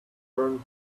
burned